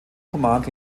command